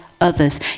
others